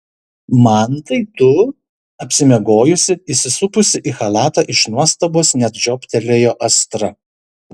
mantai tu apsimiegojusi įsisupusi į chalatą iš nuostabos net žioptelėjo astra